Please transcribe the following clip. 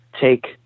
take